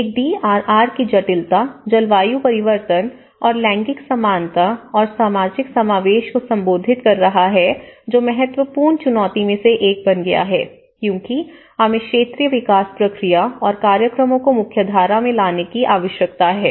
एक D R R की जटिलता जलवायु परिवर्तन और लैंगिक समानता और सामाजिक समावेश को संबोधित कर रहा है जो महत्वपूर्ण चुनौती में से एक बन गया है क्योंकि हमें क्षेत्रीय विकास प्रक्रिया और कार्यक्रमों को मुख्यधारा में लाने की आवश्यकता है